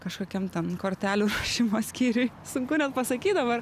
kažkokiam ten kortelių ruošimo skyriuj sunku net pasakyt dabar